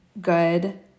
good